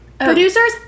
Producers